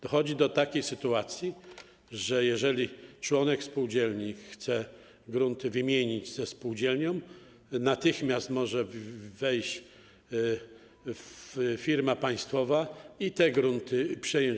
Dochodzi do takiej sytuacji, że jeżeli członek spółdzielni chce grunty wymienić ze spółdzielnią, natychmiast może wejść firma państwowa i te grunty przejąć.